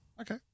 Okay